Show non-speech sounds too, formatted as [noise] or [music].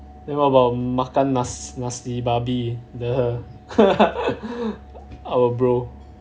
then what about makan nas~ nasi babi the [laughs] our bro